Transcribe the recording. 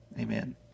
Amen